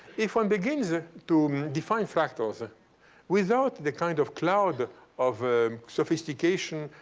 if one begins ah to define fractals ah without the kind of cloud of sophistication,